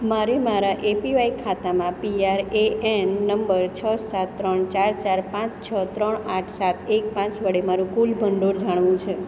મારે મારા એપીવાય ખાતામાંપીઆરએએન નંબર છ સાત ત્રણ ચાર ચાર પાંચ છ ત્રણ આઠ સાત એક પાંચ વડે મારું કુલ ભંડોળ જાણવું છે